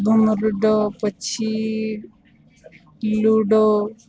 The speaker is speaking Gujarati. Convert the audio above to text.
ભમરડો પછી લુડો